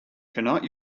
cannot